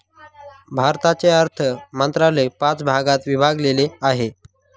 भारताचे अर्थ मंत्रालय पाच भागात विभागलेले आहे